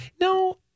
No